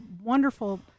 wonderful